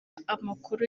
amakuru